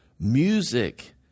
Music